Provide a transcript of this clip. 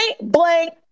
blank